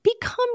become